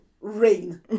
Rain